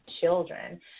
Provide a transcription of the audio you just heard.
children